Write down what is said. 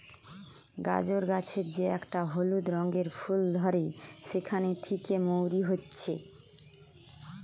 গাজর গাছের যে একটা হলুদ রঙের ফুল ধরে সেখান থিকে মৌরি হচ্ছে